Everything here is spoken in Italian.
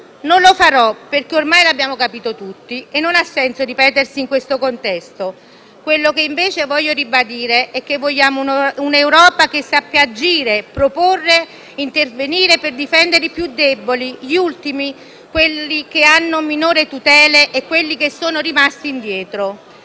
Non lo farò, perché ormai l'abbiamo capito tutti e non ha senso ripetersi in questo contesto. Quello che invece voglio ribadire è che vogliamo un'Europa che sappia agire, proporre, intervenire per difendere i più deboli, gli ultimi, quelli che hanno minori tutele e quelli che sono rimasti indietro.